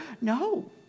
No